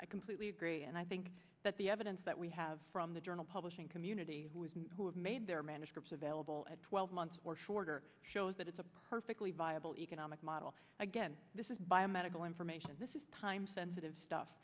i completely agree and i think that the evidence that we have from the journal publishing community who have made their managed groups available at twelve months or shorter shows that it's a perfectly viable economic model again this is biomedical information this is time sensitive stuff